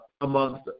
amongst